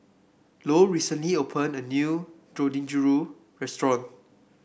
Lou recently opened a new Dangojiru Restaurant